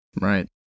Right